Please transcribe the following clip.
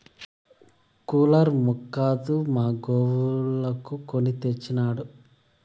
cooler మాక్కాదు మా గోవులకు కొని తెచ్చినాడు